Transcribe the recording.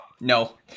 No